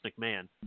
McMahon